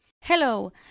Hello